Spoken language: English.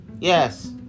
yes